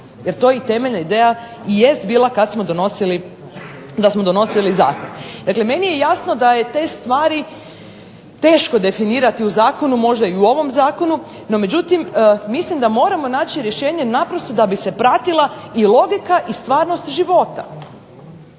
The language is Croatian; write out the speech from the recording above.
jer to temeljna ideja jest bila da smo donosili Zakon. Dakle, meni je jasno da je te stvari teško definirati u Zakonu, možda i u ovom zakonu međutim, mislim da moramo naći rješenje naprosto da bi se pratila i logika i stvarnost života.